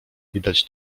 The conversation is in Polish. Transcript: widać